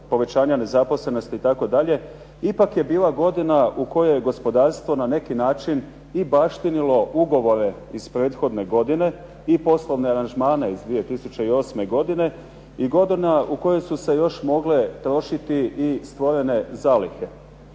povećanja nezaposlenosti itd. ipak je bila godina u kojoj je gospodarstvo na neki način i baštinilo ugovore iz prethodne godine i poslovne aranžmane iz 2008. godine i godina u kojoj su se još mogle trošiti i stvorene zalihe.